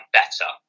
better